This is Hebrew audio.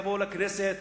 יבואו לכנסת,